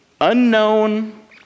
unknown